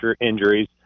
injuries